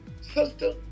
Sister